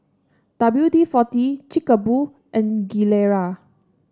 W D forty Chic A Boo and Gilera